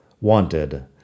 Wanted